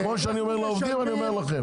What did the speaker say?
כמו שאני אומר לעובדים אני אומר לכם.